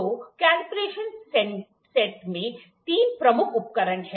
तो कॉन्बिनेशन सेटमें तीन प्रमुख उपकरण हैं